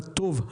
הטוב,